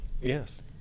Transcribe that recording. Yes